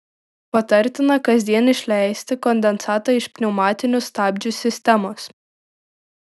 patartina kasdien išleisti kondensatą iš pneumatinių stabdžių sistemos